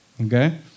Okay